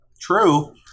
True